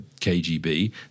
KGB